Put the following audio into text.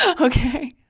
okay